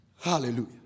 Hallelujah